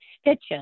stitches